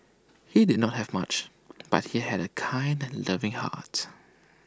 he did not have much but he had A kind and loving heart